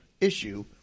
issue